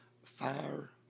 Fire